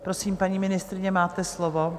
Prosím, paní ministryně, máte slovo.